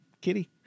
Kitty